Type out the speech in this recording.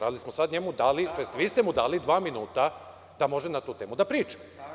Sada smo, odnosno vi ste mu dali dva minuta da može na tu temu da priča.